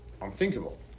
unthinkable